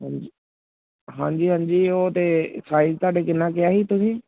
ਹਾਂਜੀ ਹਾਂਜੀ ਹਾਂਜੀ ਉਹ ਤਾਂ ਸਾਈਜ਼ ਤੁਹਾਡੇ ਕਿੰਨਾ ਕਿਹਾ ਸੀ ਤੁਸੀਂ